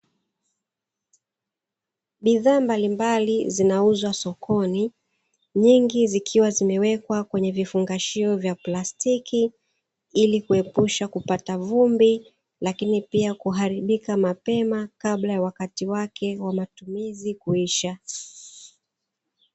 Bidhaa mbalimbali zinauzwa sokoni, nyingi zikiwa zimewekwa kwenye vifungashio vya plastiki ili kuepusha kupata vumbi lakini pia kuharibika mapema kabla ya wakati wake wa matumizi kuisha.